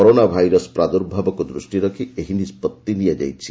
corona virus ପ୍ରାଦୁର୍ଭାବକୁ ଦୂଷ୍ଟିରେ ରଖି ଏହି ନିଷ୍କଭି ନିଆଯାଇଛି